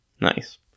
Nice